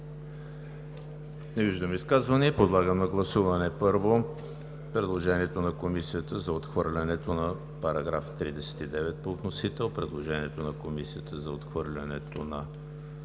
Не виждам. Подлагам на гласуване: предложението на Комисията за отхвърляне на § 39 по вносител, предложението на Комисията за отхвърляне на